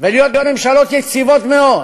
ולהיות ממשלות יציבות מאוד.